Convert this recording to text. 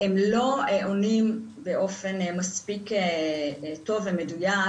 הם לא עונים באופן מספיק טוב ומדוייק